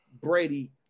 Brady